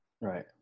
Right